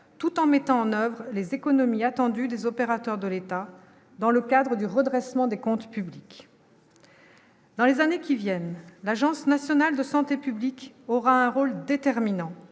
tout en mettant en oeuvre les économies attendues des opérateurs de l'État dans le cadre du redressement des comptes publics. Dans les années qui viennent, l'Agence nationale de santé publique aura un rôle déterminant